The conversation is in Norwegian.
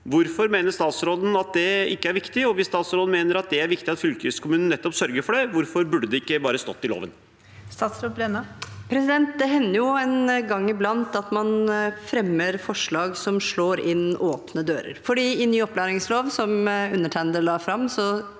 Hvorfor mener statsråden at det ikke er viktig, og hvis statsråden mener at det er viktig at fylkeskommunen nettopp sørger for det, hvorfor burde det ikke bare stått i loven? Statsråd Tonje Brenna Det hender jo en gang iblant at man fremmer forslag som slår inn åpne dører. I ny opplæringslov som undertegnede la fram,